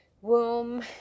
womb